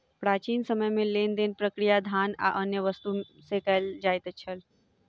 प्राचीन समय में लेन देन प्रक्रिया धान आ अन्य वस्तु से कयल जाइत छल